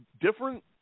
different